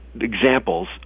examples